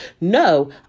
no